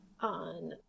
on